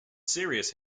serious